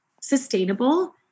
sustainable